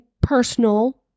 personal